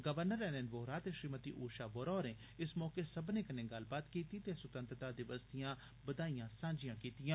governor N N Vohra ते श्रीमती ऊषा वोहरा होरें इस मौके सब्बने कन्ने गल्लबात कीती ते सुतैत्रंता दिवस दिआं बधाइयां सांझियां कीतियां